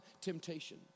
temptation